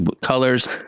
colors